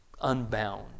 unbound